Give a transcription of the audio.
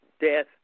death